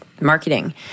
Marketing